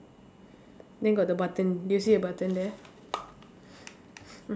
then got the button do you see a button there